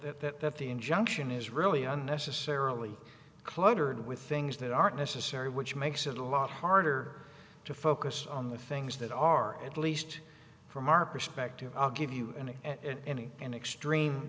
the injunction is really unnecessarily cluttered with things that aren't necessary which makes it a lot harder to focus on the things that are at least from our perspective i'll give you any an extreme